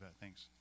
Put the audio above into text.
Thanks